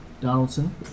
Donaldson